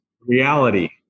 reality